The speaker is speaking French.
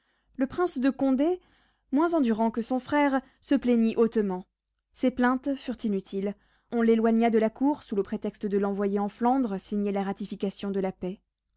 le prince de condé moins endurant que son frère se plaignit hautement ses plaintes furent inutiles on l'éloigna de la cour sous le prétexte de l'envoyer en flandre signer la ratification de la paix